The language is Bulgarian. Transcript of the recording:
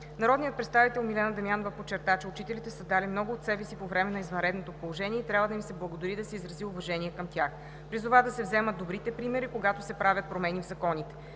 Народният представител Милена Дамянова подчерта, че учителите са дали много от себе си по време на извънредното положение и трябва да им се благодари и да се изрази уважение към тях. Призова да се вземат добрите примери, когато се правят промени в законите.